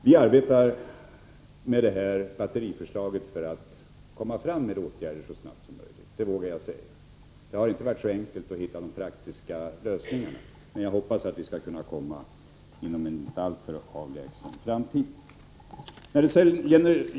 Vi arbetar med frågan om de miljöfarliga batterierna för att komma med åtgärder så snart som möjligt, det vågar jag säga. Det har inte varit så enkelt att hitta de praktiska lösningarna, men jag hoppas att vi skall kunna komma med ett förslag inom en inte alltför avlägsen framtid.